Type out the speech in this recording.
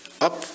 up